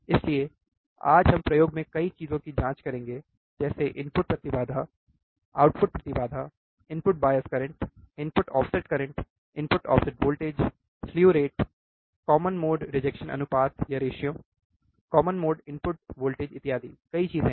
इसलिए आज हम प्रयोग में कई चीजों की जांच करेंगे जैसे इनपुट प्रतिबाधा आउटपुट प्रतिबाधा input bias current input offset current input offset voltage slew rate common mode rejection अनुपात कॉमन मोड इनपुट वोल्टेज इत्यादि कई चीजें है